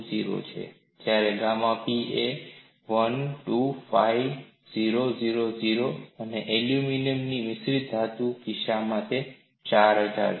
20 છે જ્યારે gamma P છે 125000 અને એલ્યુમિનિયમ મિશ્રિતધાતુના કિસ્સામાં તે 4000 છે